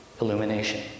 illumination